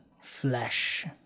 flesh